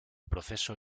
proceso